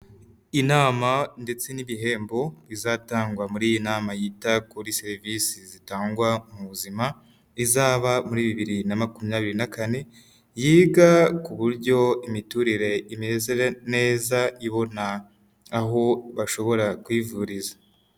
Inama ndetse n'ibihembo izatangwa muri iyi nama yita kuri serivisi zitangwa mu buzima, izaba muri bibiri na makumyabiri na kane yiga ku buryo imiturire imeze neza ibona aho bashobora kwivuriza.